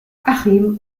achim